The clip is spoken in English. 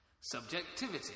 Subjectivity